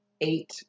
eight